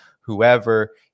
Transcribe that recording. whoever